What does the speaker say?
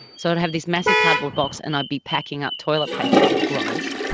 so i'd have this massive cardboard box and i'd be packing up toilet paper rolls,